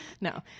No